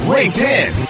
LinkedIn